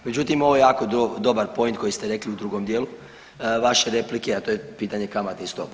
Međutim, ovo je jako dobar point koji ste rekli u drugom dijelu vaše replike, a to je pitanje kamatnih stopa.